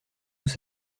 sous